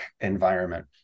environment